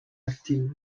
actiu